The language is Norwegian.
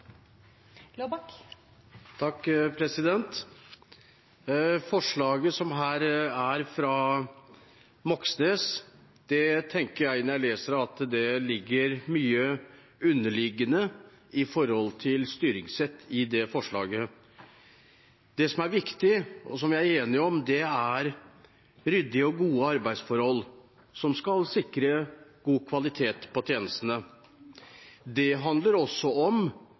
det mye underliggende når det gjelder styringssett. Det som er viktig, og som vi er enige om, er ryddige og gode arbeidsforhold, som skal sikre god kvalitet på tjenestene. Det handler også om